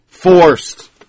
Forced